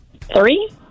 Three